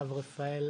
הרב רפאל,